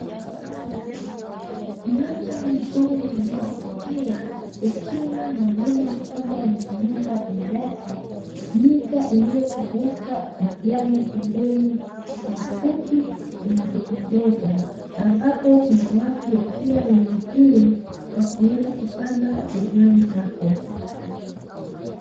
Mandhari nzuri inayovutia ikiwa na mlima mkubwa wenye mwamba juu yake, nyika iliyokauka, majani pembeni mafupi yenye kupendeza, ambapo kuna watu wakiwa eneo hilo wakienda kupanda kilimani hapo.